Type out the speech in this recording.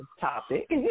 topic